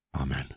Amen